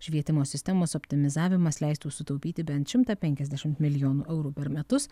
švietimo sistemos optimizavimas leistų sutaupyti bent šimtą penkiasdešimt milijonų eurų per metus